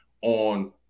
on